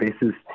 basis